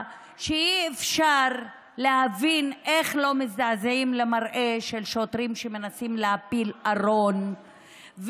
שאי-אפשר להבין איך לא מזדעזעים למראה של שוטרים שמנסים להפיל ארון,